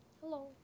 Hello